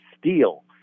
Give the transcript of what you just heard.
Steel